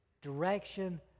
Direction